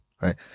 right